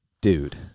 Dude